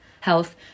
health